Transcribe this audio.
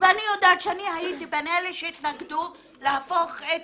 ואני יודעת שאני הייתי בין אלה שהתנגדו להפוך את